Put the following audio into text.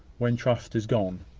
when trust is gone!